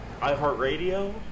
iHeartRadio